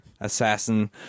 Assassin